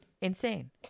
Insane